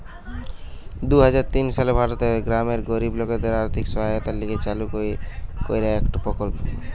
দুই হাজার তিন সালে ভারতের গ্রামের গরিব লোকদের আর্থিক সহায়তার লিগে চালু কইরা একটো প্রকল্প